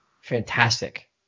fantastic